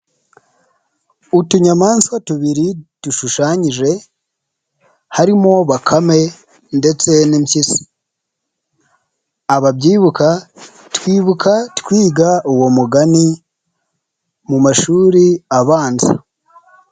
Utunyamaswa tubiri dushushanyije harimo bakame ndetse'impyi, ababyibuka twibuka twiga uwo mugani mu mashuri abanza.